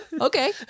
Okay